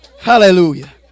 Hallelujah